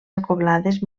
acoblades